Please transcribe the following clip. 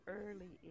early